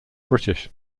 british